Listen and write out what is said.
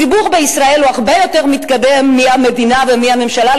הציבור בישראל הוא הרבה יותר מתקדם מהמדינה ומהממשלה,